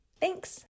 Thanks